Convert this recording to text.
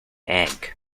egg